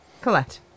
Colette